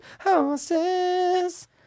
horses